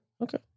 Okay